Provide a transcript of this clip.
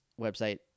website